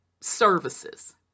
services